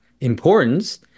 importance